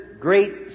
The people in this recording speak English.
great